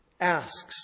asks